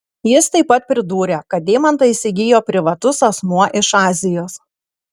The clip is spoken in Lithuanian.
jis taip pat pridūrė kad deimantą įsigijo privatus asmuo iš azijos